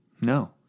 No